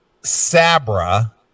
Sabra